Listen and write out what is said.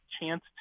chance